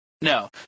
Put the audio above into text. no